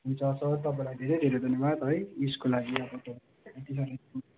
हुन्छ सर तपाईँलाई धेरै धेरै धन्यवाद है यसको लागि अब